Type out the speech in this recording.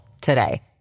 today